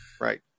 Right